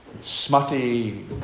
smutty